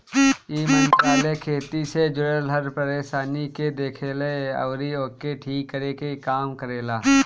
इ मंत्रालय खेती से जुड़ल हर परेशानी के देखेला अउरी ओके ठीक करे के काम करेला